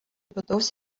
vidaus